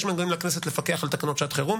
להציג את החלטת הוועדה.